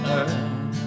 earth